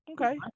Okay